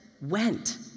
went